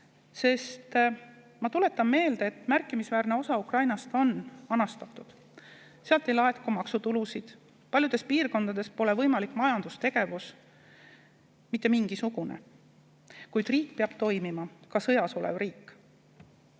tuge. Ma tuletan meelde, et märkimisväärne osa Ukrainast on anastatud. Sealt ei laeku maksutulusid, paljudes piirkondades pole võimalik majandustegevus – mitte mingisugune –, kuid riik peab toimima. Ka sõjas olev riik.